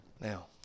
Now